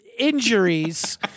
Injuries